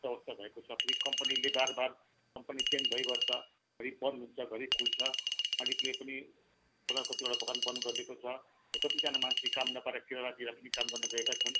यस्तो अवस्था भएको छ फेरि कम्पनीले बारबार कम्पनी चेन्ज भइबस्छ घरी बन्द हुन्छ घरी खुल्छ मालिकले पनि पचास कतिवटा बगान बन्द गरिदएको छ र कतिजना मान्छे काम नपाएर केरेलातिर पनि काम गर्न गएका छन्